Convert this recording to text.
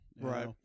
Right